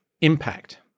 impact